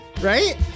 Right